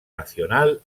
nacional